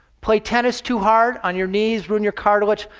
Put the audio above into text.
play tennis too hard, on your knees, ruin your cartilage,